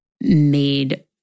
made